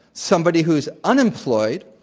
somebody who's unemployed,